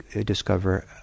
discover